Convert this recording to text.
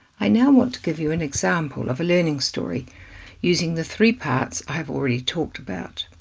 i now want to give you an example of a learning story using the three parts i have already talked about.